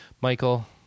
Michael